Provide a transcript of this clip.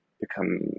become